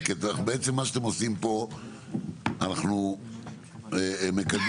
כי מה שאתם עושים פה הוא שאתם קונים